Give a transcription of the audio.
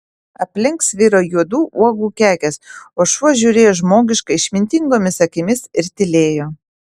aplink sviro juodų uogų kekės o šuo žiūrėjo žmogiškai išmintingomis akimis ir tylėjo